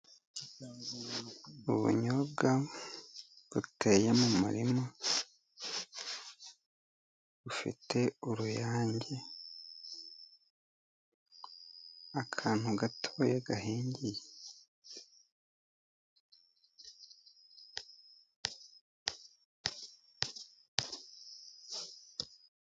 Ubunyobwa buteye mu murima, bufite uruyange, akantu gatoya gahingiye.